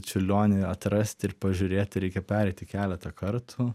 čiurlioniui atrasti ir pažiūrėti reikia pereiti keletą kartų